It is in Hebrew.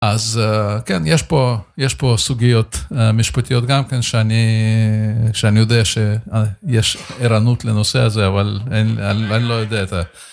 אז כן, יש פה סוגיות משפטיות גם, שאני יודע שיש ערנות לנושא הזה, אבל אני לא יודע את זה.